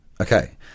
Okay